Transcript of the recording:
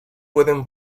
pueden